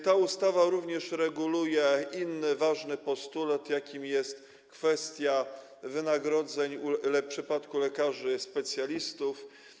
Ta ustawa również reguluje inny ważny postulat, jakim jest kwestia wynagrodzeń w przypadku lekarzy specjalistów.